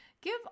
Give